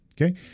Okay